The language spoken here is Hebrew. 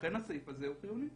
לכן הסעיף הזה הוא חיוני.